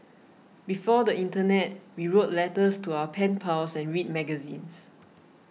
before the internet we wrote letters to our pen pals and read magazines